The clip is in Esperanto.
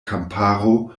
kamparo